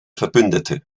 verbündete